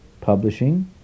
publishing